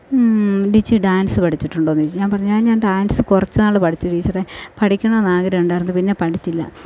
Liji dance പഠിച്ചിട്ടുണ്ടോ എന്ന് ചോദിച്ചു ഞാൻ പറഞ്ഞു ഞാൻ ഡാൻസ് കുറച്ച് നാൾ പഠിച്ചു ടീച്ചറേ പഠിക്കണം എന്ന് ആഗ്രഹം ഉണ്ടായിരുന്നു പിന്നെ പഠിച്ചില്ല